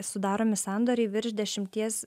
sudaromi sandoriai virš dešimties